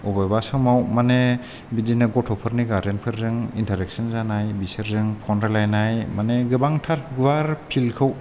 अबेबा समाव माने बिदिनो गथ'फोरनि गार्जेनफोरजों इन्टारेक्शोन जानाय बिसोरजों फन रायलायनाय माने गोबांथार गुवार फिल्डखौ